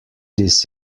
this